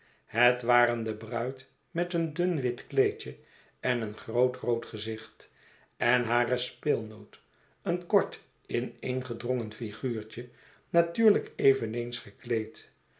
het waren de bruid met een dun wit kleedje en een groot rood gezicht en hare speelnoot een kort ineengedrongen figuurtje natuurlijk eveneens gekleed